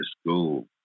school